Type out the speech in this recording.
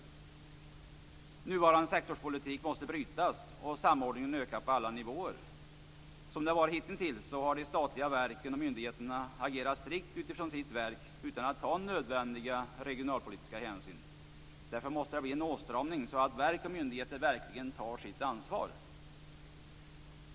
Nuvarande sektorspolitik måste brytas och samordningen måste öka på alla nivåer. Som det varit hittills har de statliga verken och myndigheterna agerat strikt utifrån sina verk utan att ta nödvändiga regionalpolitiska hänsyn. Därför måste det bli en åtstramning så att verk och myndigheter verkligen tar sitt ansvar.